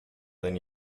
than